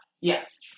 Yes